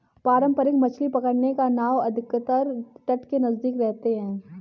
पारंपरिक मछली पकड़ने की नाव अधिकतर तट के नजदीक रहते हैं